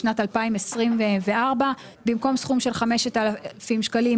בשנת 2024. במקום סכום של 5,000 שקלים